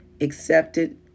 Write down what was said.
accepted